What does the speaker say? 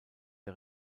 der